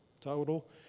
total